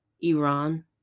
Iran